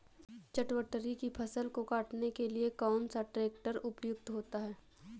चटवटरी की फसल को काटने के लिए कौन सा ट्रैक्टर उपयुक्त होता है?